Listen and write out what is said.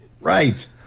right